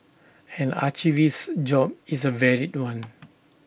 an archivist's job is A varied one